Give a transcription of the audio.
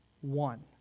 one